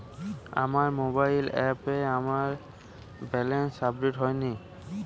আমার মোবাইল অ্যাপে আমার ব্যালেন্স আপডেট হয়নি